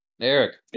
Eric